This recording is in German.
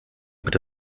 bitte